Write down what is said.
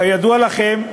כידוע לכם,